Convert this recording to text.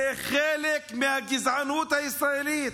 זה חלק מהגזענות הישראלית.